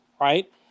right